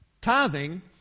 Tithing